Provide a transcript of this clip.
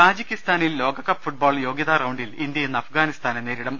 താജിക്കിസ്ഥാനിൽ ലോകകപ്പ് ഫുട്ബോൾ യോഗ്യതാറൌണ്ടിൽ ഇന്ത്യ ഇന്ന് അഫ്ഗാനിസ്ഥാനെ നേരിടും